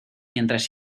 mientras